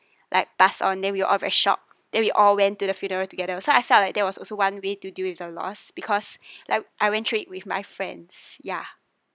like pass on then we all were shocked then we all went to the funeral together so I felt like that was also one way to deal with the loss because like I went through it with my friends ya